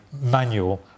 manual